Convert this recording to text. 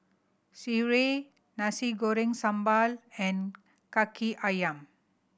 sireh Nasi Goreng Sambal and Kaki Ayam